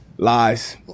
Lies